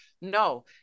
No